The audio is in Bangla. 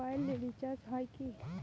মোবাইল রিচার্জ হয় কি?